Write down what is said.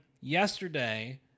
yesterday